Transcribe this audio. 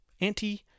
anti